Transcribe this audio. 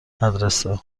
مدرسه